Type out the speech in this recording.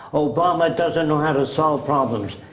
obama doesn't know how to solve problems.